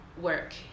work